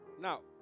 Now